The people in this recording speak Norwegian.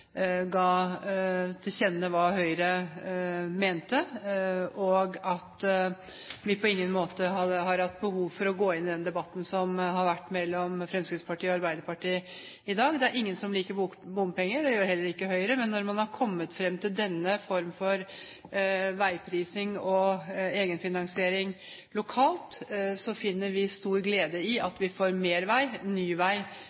ga til kjenne hva Høyre mente, og at vi på ingen måte har hatt behov for å gå inn i den debatten som har vært mellom Fremskrittspartiet og Arbeiderpartiet i dag. Det er ingen som liker bompenger. Det gjør heller ikke Høyre. Men når man har kommet fram til denne form for veiprising og egenfinansiering lokalt, finner vi stor glede i at vi får mer vei,